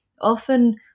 often